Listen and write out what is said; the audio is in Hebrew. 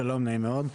שלום, נעים מאוד.